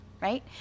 right